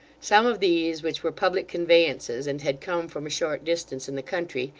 some of these which were public conveyances and had come from a short distance in the country,